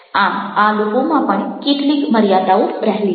આમ આ લોકોમાં પણ કેટલીક મર્યાદાઓ રહેલી છે